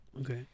Okay